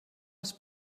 els